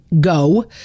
go